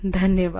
धन्यवाद